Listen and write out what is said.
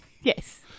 Yes